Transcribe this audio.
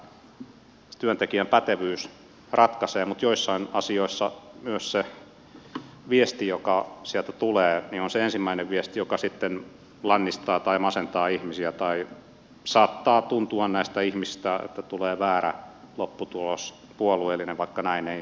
minä olen kanssa samaa mieltä että se työntekijän pätevyys ratkaisee mutta joissain asioissa myös se viesti joka sieltä tulee on se ensimmäinen viesti joka sitten lannistaa tai masentaa ihmisiä tai saattaa tuntua näistä ihmisistä että tulee väärä lopputulos puolueellinen vaikka näin ei olisi